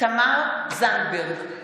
תמר זנדברג,